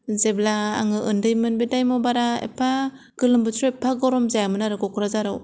जेब्ला आंङो उन्दै मोन बे टाइमाव बारा एफा गोलोम बोथोराव एफा गरम जायामोन आरो क'क्राझाराव